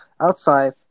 outside